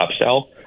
upsell